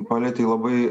palietei labai